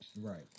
Right